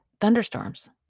Thunderstorms